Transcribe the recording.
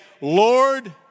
Lord